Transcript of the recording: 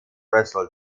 bristol